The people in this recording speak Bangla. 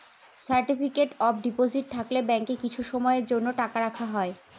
সার্টিফিকেট অফ ডিপোজিট থাকলে ব্যাঙ্কে কিছু সময়ের জন্য টাকা রাখা হয়